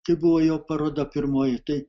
tai buvo jo paroda pirmoji tai